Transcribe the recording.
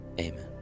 Amen